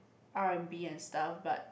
R_N_B and stuff but